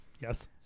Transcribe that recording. Yes